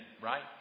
right